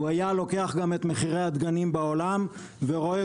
הוא היה לוקח גם את מחירי הדגנים בעולם ורואה